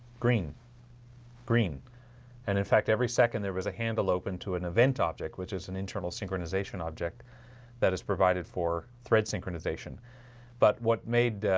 green green and in fact every second there was a handle open to an event object which is an internal synchronization object that is provided for thread synchronization but what made?